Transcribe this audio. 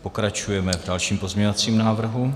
Pokračujeme v dalším pozměňovacím návrhu.